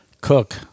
cook